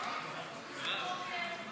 חבר הכנסת מלכיאלי,